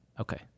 Okay